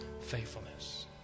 faithfulness